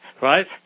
right